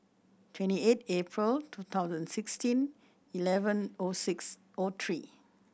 twenty eight April two thousand sixteen eleven O six O three